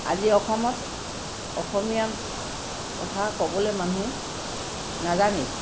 আজি অসমত অসমীয়া কথা ক'বলৈ মানুহ নাজানেই